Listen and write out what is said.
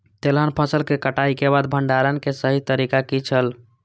तेलहन फसल के कटाई के बाद भंडारण के सही तरीका की छल?